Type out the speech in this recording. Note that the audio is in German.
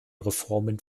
reformen